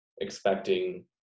expecting